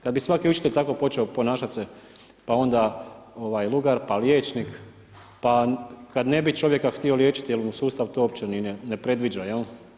Kada bi se svaki učitelj tako počeo ponašati pa onda lugar, pa liječnik, pa kada ne bi čovjeka htio liječiti jel mu sustav to uopće ne predviđa jel.